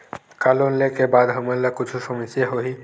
का लोन ले के बाद हमन ला कुछु समस्या होही?